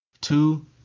Two